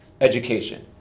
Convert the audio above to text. education